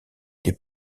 des